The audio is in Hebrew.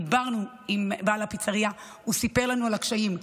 דיברנו עם בעל הפיצרייה, והוא סיפר לנו על הקשיים.